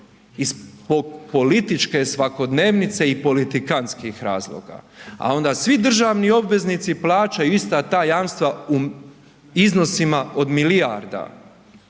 iz političke svakodnevnice i politikantskih razloga. A onda svi državni obveznici plaćaju ista ta jamstva u iznosima od milijarda.